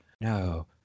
no